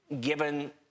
given